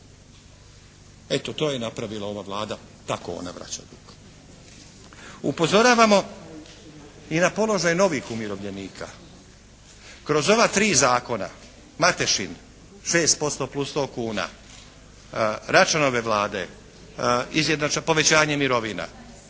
Eto, to je napravila ova Vlada, tako ona vraća dug. Upozoravamo i na položaj novih umirovljenika. Kroz ova tri zakona, Matešini 6% plus 100 kuna, Račanove Vlade povećanje mirovina,